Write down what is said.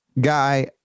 guy